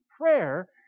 prayer